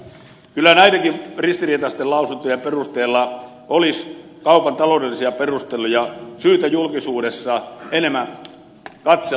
kyllä näidenkin ristiriitaisten lausuntojen perusteella olisi kaupan taloudellisia perusteluja syytä julkisuudessa enemmän katsella